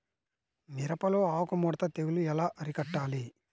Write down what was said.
మిరపలో ఆకు ముడత తెగులు ఎలా అరికట్టాలి?